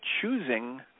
choosing